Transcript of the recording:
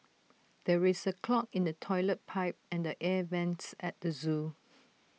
there is A clog in the Toilet Pipe and the air Vents at the Zoo